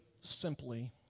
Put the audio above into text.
simply